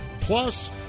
Plus